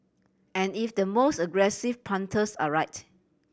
and if the most aggressive punters are right